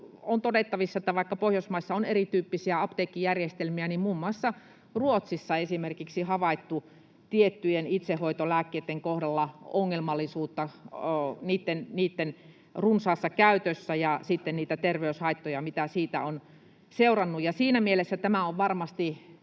on todettavissa, että vaikka Pohjoismaissa on erityyppisiä apteekkijärjestelmiä, niin muun muassa Ruotsissa esimerkiksi on havaittu tiettyjen itsehoitolääkkeitten kohdalla ongelmallisuutta niitten runsaassa käytössä ja sitten niitä terveyshaittoja, mitä siitä on seurannut. Siinä mielessä tämä on varmasti